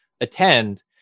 attend